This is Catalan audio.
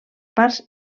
parts